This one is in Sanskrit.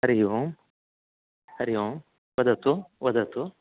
हरि ओम् हरि ओम् वदतु वदतु